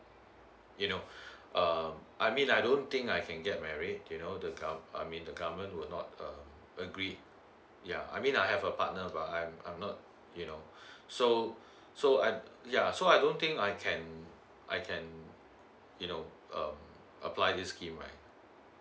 you know um I mean I don't think I can get married you know the gov~ I mean the government will not uh agree yeah I mean I have a partner but I'm I'm not you know so so I yeah so I don't think I can I can you know um apply this scheme right